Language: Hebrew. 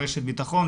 רשת ביטחון,